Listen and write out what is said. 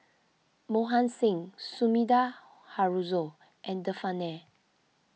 Mohan Singh Sumida Haruzo and Devan Nair